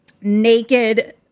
naked